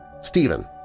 Stephen